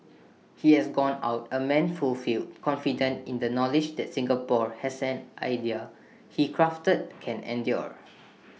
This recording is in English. he has gone out A man fulfilled confident in the knowledge that Singapore as an idea he crafted can endure